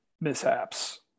mishaps